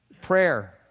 prayer